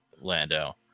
Lando